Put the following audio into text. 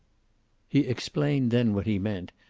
he explained then what he meant,